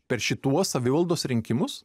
per šituos savivaldos rinkimus